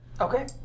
Okay